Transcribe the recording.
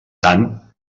tant